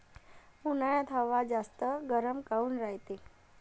उन्हाळ्यात हवा जास्त गरम काऊन रायते?